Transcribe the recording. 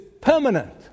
permanent